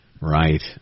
Right